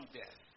death